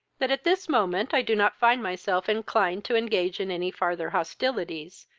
that at this moment i do not find myself inclined to engage in any farther hostilities,